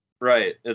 Right